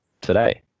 today